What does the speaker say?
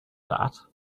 that